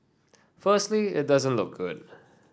firstly it doesn't look good